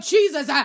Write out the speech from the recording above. Jesus